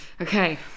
Okay